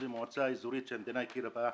אל קסום היא מועצה אזורית שהמדינה הכירה בה.